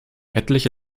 etliche